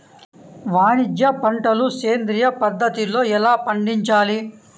వాణిజ్య పంటలు సేంద్రియ పద్ధతిలో ఎలా పండించాలి?